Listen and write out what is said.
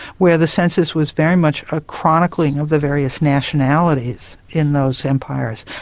where the census was very much a chronicling of the various nationalities in those empires,